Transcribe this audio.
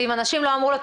ואם אנשים לא אמרו לו,